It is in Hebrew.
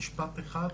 משפט אחד.